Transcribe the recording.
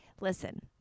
Listen